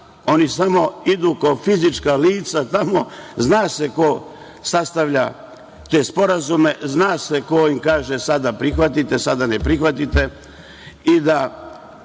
oni samo idu kao fizička lica tamo, zna se ko sastavlja te sporazuma, zna se ko im kaže – sada prihvatite, sada ne prihvatite.